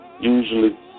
usually